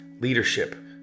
leadership